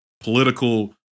political